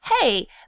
hey